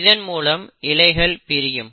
இதன் மூலம் இவைகள் பிரியும்